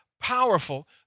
powerful